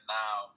now